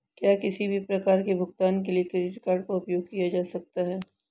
क्या किसी भी प्रकार के भुगतान के लिए क्रेडिट कार्ड का उपयोग किया जा सकता है?